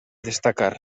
destacar